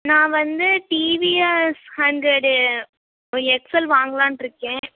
நான் வந்து TVS hundred XL வாங்கலாம்னு இருக்கேன்